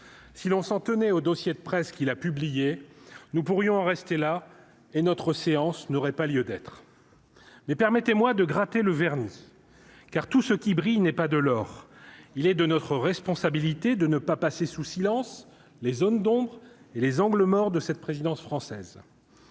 si l'on s'en tenait au dossier de presse qui l'a publiée, nous pourrions rester là et notre séance n'aurait pas lieu d'être, mais permettez-moi de gratter le vernis, car tout ce qui brille n'est pas de l'or, il est de notre responsabilité de ne pas passer sous silence les zones d'ombre et les angles morts de cette présidence française,